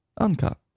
uncut